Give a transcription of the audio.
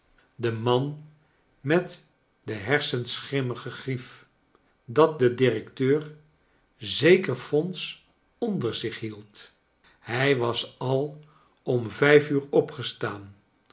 de kleine dorrit man met de hersenschimmige grief dat de directeur zeker fonds onder zich hield hij was al om vijf uur opgestaan